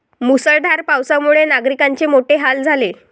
मुसळधार पावसामुळे नागरिकांचे मोठे हाल झाले